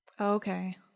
Okay